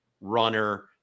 runner